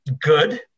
good